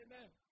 Amen